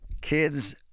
Kids